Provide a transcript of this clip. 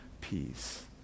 peace